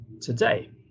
today